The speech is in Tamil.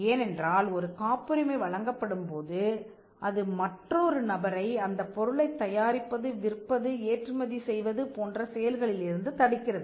ஏனென்றால் ஒரு காப்புரிமை வழங்கப்படும்போது அது மற்றொரு நபரை அந்த பொருளைத் தயாரிப்பது விற்பது ஏற்றுமதி செய்வது போன்ற செயல்களில் இருந்து தடுக்கிறது